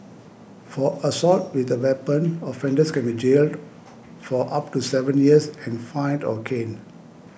for assault with a weapon offenders can be jailed for up to seven years and fined or caned